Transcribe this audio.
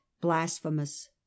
blasphemous